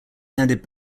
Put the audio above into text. handed